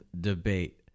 debate